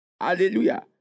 Hallelujah